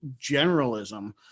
generalism